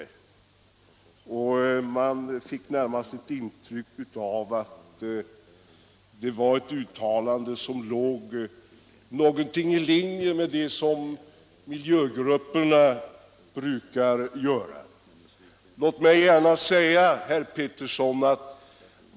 Man fick närmast intrycket att detta var ett uttalande i stil med dem som vissa miljögrupper brukar göra.